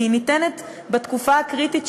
כי היא ניתנת בתקופה הקריטית,